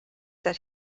that